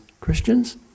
Christians